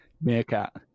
Meerkat